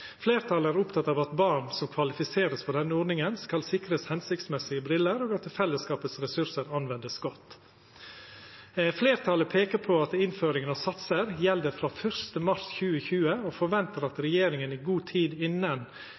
Flertallet er opptatt av at barn som kvalifiseres for denne ordningen, skal sikres hensiktsmessige briller, og at fellesskapets ressurser anvendes godt. Flertallet peker på at innføringen av satser gjelder fra 1. mars 2020, og forventer at regjeringen i god tid innen